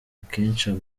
akenshi